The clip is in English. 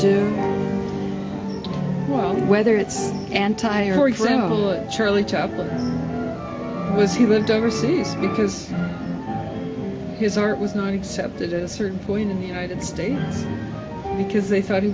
on whether it's anti or example charlie chaplin was he lived overseas because his art was not accepted in a certain point in the united states because they thought he